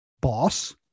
boss